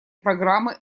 программы